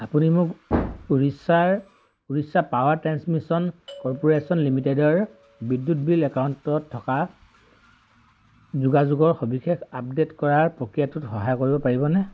আপুনি মোক উৰিষ্যাৰ উৰিষ্যা পাৱাৰ ট্ৰেন্সমিশ্যন কৰ্পোৰেশ্যন লিমিটেডৰ বিদ্যুৎ বিল একাউণ্টত থকা যোগাযোগৰ সবিশেষ আপডে'ট কৰাৰ প্ৰক্ৰিয়াটোত সহায় কৰিব পাৰিবনে